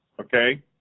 okay